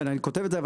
כן, אני כותב את זה.